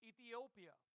Ethiopia